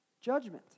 Judgment